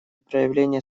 проявление